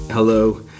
Hello